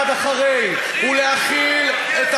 והצעד שאחרי, תחיל, הוא להחיל, תביא הצעה ממשלתית.